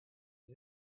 his